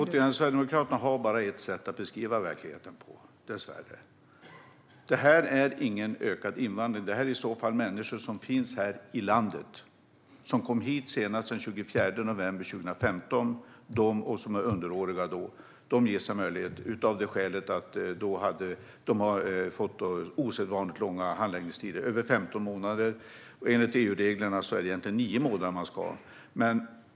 Fru talman! Sverigedemokraterna har bara ett sätt att beskriva verkligheten på, dessvärre. Det här innebär ingen ökad invandring, utan det handlar om människor som finns här i landet, som kom hit senast den 24 november 2015 och som var underåriga då. De ges en möjlighet av skälet att de har fått osedvanligt långa handläggningstider på över 15 månader. Enligt EU-reglerna ska det egentligen vara 9 månader.